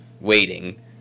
waiting